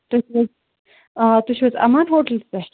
تُہۍ چھُو حظ آ تُہۍ چھِو حظ اَمان ہوٹلَہٕ پٮ۪ٹھ